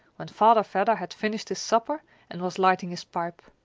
when father vedder had finished his supper and was lighting his pipe.